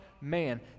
man